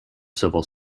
civil